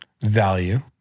value